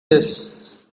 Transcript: this